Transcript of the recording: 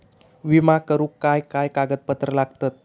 विमा करुक काय काय कागद लागतत?